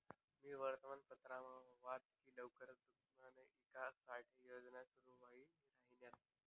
मी वर्तमानपत्रमा वाच की लवकरच दुग्धना ईकास साठे योजना सुरू व्हाई राहिन्यात